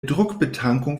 druckbetankung